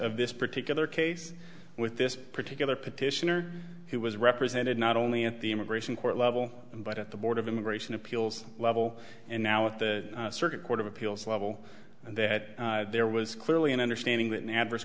of this particular case with this particular petitioner he was represented not only at the immigration court level but at the board of immigration appeals level and now at the circuit court of appeals level and that there was clearly an understanding that an adverse